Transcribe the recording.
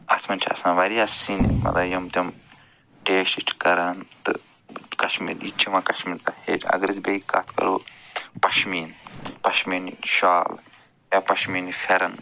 اَتھ منٛز چھِ آسان واریاہ سِنۍ مطلب یِم تِم ٹیسٹ چھِ کران تہٕ کَشمیٖر یہِ تہِ چھِ یِوان کَشمیٖر ہٮ۪ج اَگر أسۍ بیٚیہِ کَتھ کرو پشمیٖن پَشمیٖنٕکۍ شال یا پشمیٖنہٕ پھٮ۪رَن